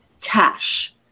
cash